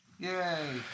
Yay